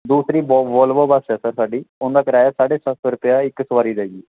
ਦੂਸਰੀ ਵੋ Volvo bus ਹੈ ਸਰ ਸਾਡੀ ਉਹਨਾਂ ਕਿਰਾਇਆ ਸਾਢੇ ਸੱਤ ਸੌ ਰੁਪਇਆ ਇੱਕ ਸਵਾਰੀ ਦਾ ਜੀ